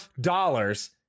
dollars